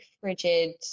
frigid